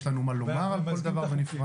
יש לנו מה לומר על כל דבר בנפרד.